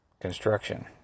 construction